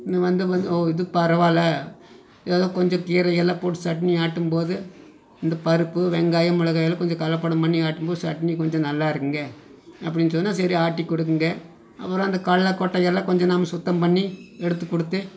இந்த வந்து ஓ இது பரவாயில்லை ஏதோ கொஞ்சம் கீரை எல்லாம் போட்டு சட்னி ஆட்டும் போது இந்த பருப்பு வெங்காயம் மிளகாய் எல்லாம் கொஞ்சம் கலப்படம் பண்ணி ஆட்டும் போது சட்னி கொஞ்சம் நல்லா இருக்கும்ங்க அப்படின்னு சொன்னால் சரி ஆட்டி கொடுக்குங்க அப்புறம் அந்த கடல கொட்டையெல்லாம் கொஞ்சம் நாம் சுத்தம் பண்ணி எடுத்துக் கொடுத்து